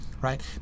right